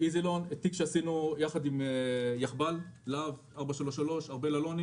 תיק שעשינו ביחד עם יאחב"ל להב 433 נגד ארבל אלוני